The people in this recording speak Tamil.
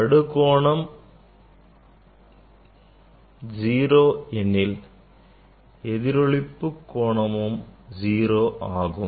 படு கோணம் 0 எனில் எதிரொளிப்பு கோணமும் 0 ஆகும்